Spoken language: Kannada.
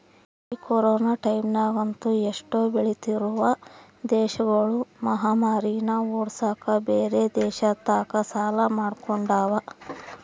ಈ ಕೊರೊನ ಟೈಮ್ಯಗಂತೂ ಎಷ್ಟೊ ಬೆಳಿತ್ತಿರುವ ದೇಶಗುಳು ಮಹಾಮಾರಿನ್ನ ಓಡ್ಸಕ ಬ್ಯೆರೆ ದೇಶತಕ ಸಾಲ ಮಾಡಿಕೊಂಡವ